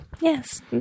Yes